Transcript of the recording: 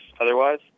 otherwise